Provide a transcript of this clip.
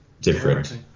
different